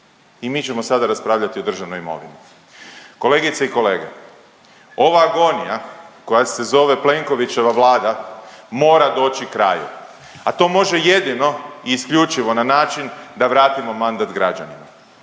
I mi ćemo sada raspravljati o državnoj imovini. Kolegice i kolege, ova agonija koja se zove Plenkovićeva Vlada mora doći kraju, a to može jedino i isključivo na način da vratimo mandat građanima